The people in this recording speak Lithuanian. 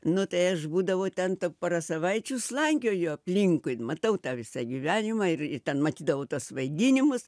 nu tai aš būdavo ten tą porą savaičių slankioju aplinkui matau tą visą gyvenimą ir ten matydavau tuos vaidinimus